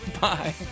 bye